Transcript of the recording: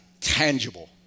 tangible